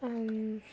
আ